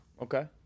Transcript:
Okay